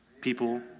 people